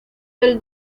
del